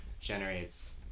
generates